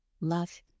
Love